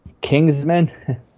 Kingsman